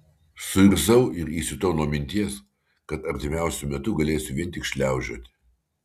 suirzau ir įsiutau nuo minties kad artimiausiu metu galėsiu vien tik šliaužioti